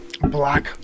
black